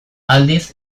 aldiz